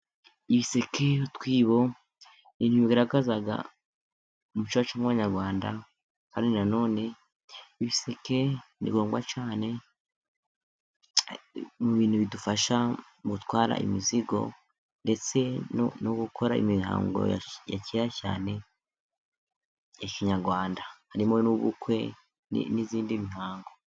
Ibiseke, utwibo ni ibintu bigaragaza umuco wacu nk'abanyarwanda, kandi nanone ibiseke ni ngombwa cyane mu bintu bidufasha gutwara imizigo ndetse no gukora imihango ya kera cyane ya kinyarwanda, harimo n'ubukwe n'iyindi mihango.